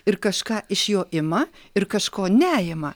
ir kažką iš jo ima ir kažko neima